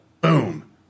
Boom